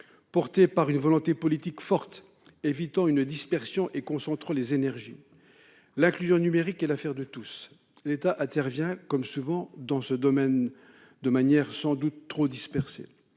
soutenue par une volonté politique forte, évitant une dispersion et concentrant les énergies. L'inclusion numérique est l'affaire de tous. Dans ce domaine, l'État intervient, comme souvent, de manière sans doute trop dispersée